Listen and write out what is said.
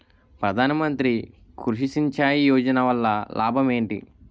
ప్రధాన మంత్రి కృషి సించాయి యోజన వల్ల లాభం ఏంటి?